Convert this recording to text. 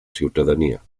ciutadania